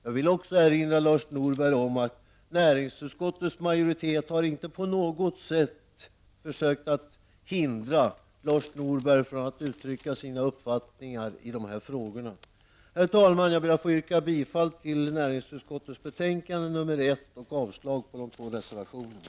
Jag vill också erinra Lars Norberg om att utskottets majoritet inte på något sätt har försökt hindra honom från att uttrycka sina uppfattningar i de här frågorna. Herr talman! Jag ber att få yrka bifall till näringsutskottets hemställan i betänkandet nr 1 och avslag på de två reservationerna.